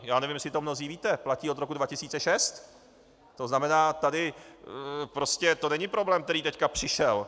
Já nevím, jestli to mnozí víte, platí od roku 2006, to znamená tady prostě to není problém, který teď přišel.